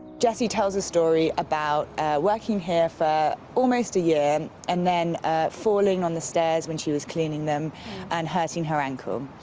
jessie tells a story about working here for almost a year and then falling on the stairs when she was cleaning them and hurting her ankle.